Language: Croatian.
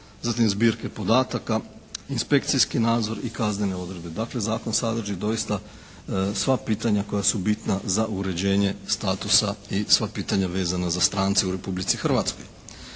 Zatim zbirke podataka, inspekcijski nadzor i kaznene odredbe. Dakle, zakon sadrži doista sva pitanja koja su bitna za uređenje statusa i sva pitanja vezana za strance u Republici Hrvatskoj.